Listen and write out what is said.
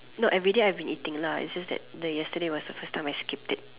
no everyday I've been eating lah it's just that the yesterday was the first time I skipped it